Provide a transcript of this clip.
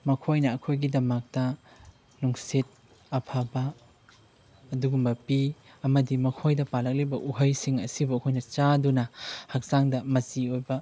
ꯃꯈꯣꯏꯅ ꯑꯩꯈꯣꯏꯒꯤꯗꯃꯛꯇ ꯅꯨꯡꯁꯤꯠ ꯑꯐꯕ ꯑꯗꯨꯒꯨꯝꯕ ꯄꯤ ꯑꯃꯗꯤ ꯃꯈꯣꯏꯗ ꯄꯥꯜꯂꯛꯂꯤꯕ ꯎꯍꯩꯁꯤꯡ ꯑꯁꯤꯕꯨ ꯑꯩꯈꯣꯏꯅ ꯆꯥꯗꯨꯅ ꯍꯛꯆꯥꯡꯗ ꯃꯆꯤ ꯑꯣꯏꯕ